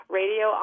radio